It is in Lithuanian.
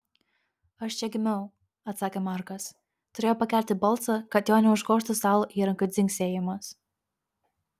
aš čia gimiau atsakė markas turėjo pakelti balsą kad jo neužgožtų stalo įrankių dzingsėjimas